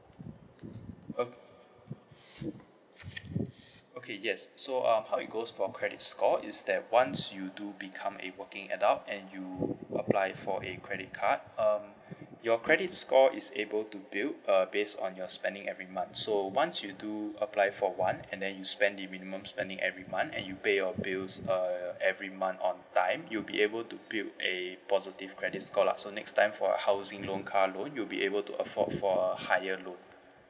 ok~ okay yes so um how it goes for credit score is that once you do become a working adult and you apply for a credit card um your credit score is able to build uh based on your spending every month so once you do apply for one and then you spend the minimum spending every month and you pay your bills uh every month on time you'll be able to build a positive credit score lah so next time for a housing loan car loan you'll be able to afford for a higher loan